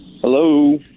Hello